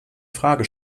frage